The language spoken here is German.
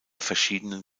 verschiedenen